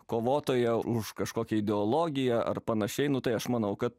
kovotoją už kažkokią ideologiją ar panašiai nu tai aš manau kad